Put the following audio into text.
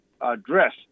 address